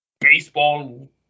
baseball